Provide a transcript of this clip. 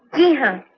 he has